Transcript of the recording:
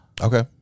Okay